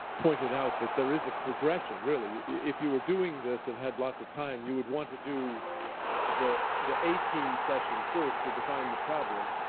pointed out that there is a progression, really. if you were doing this and had lots of time, you would want to do the the a team session first to define the problem.